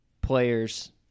players